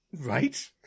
Right